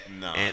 No